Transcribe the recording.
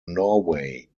norway